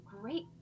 great